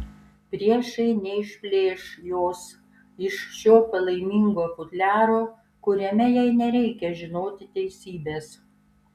priešai neišplėš jos iš šio palaimingo futliaro kuriame jai nereikia žinoti teisybės